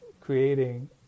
creating